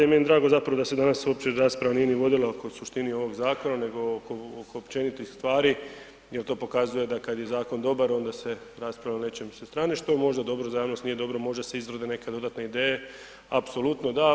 I meni je drago da se zapravo danas uopće rasprava nije ni vodila oko suštine ovog zakon nego oko općenitih stvari jel to pokazuje da kada je zakon dobar onda se raspravlja nešto sa strane što je možda dobro, za javnost nije dobro možda se izrode neke dodatne ideje, apsolutno da.